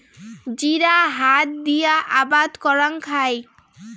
জিরা হাত দিয়া আবাদ করাং খাই